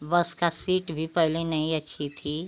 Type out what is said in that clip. बस का सीट भी पहले नहीं अच्छी थी